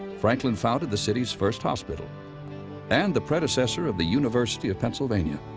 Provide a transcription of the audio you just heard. franklin founded the city's first hospital and the predecessor of the university of pennsylvania.